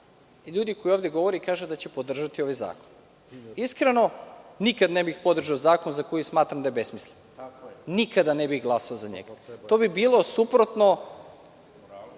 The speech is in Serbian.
ljudi koja ovde govori kaže da će podržati ovaj zakon. Iskreno, nikada ne bih podržao zakon za koji smatram da je besmislen, nikada ne bih glasao za njega. To bi bilo suprotno